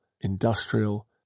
industrial